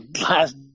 last